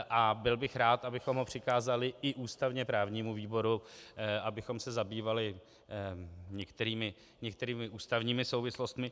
A byl bych rád, abychom ho přikázali i ústavněprávnímu výboru, abychom se zabývali některými ústavními souvislostmi.